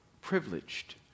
privileged